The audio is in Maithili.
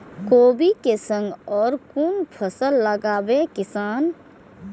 कोबी कै संग और कुन फसल लगावे किसान?